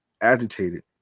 agitated